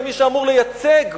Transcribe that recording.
כמי שאמור לייצג?